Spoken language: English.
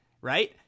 right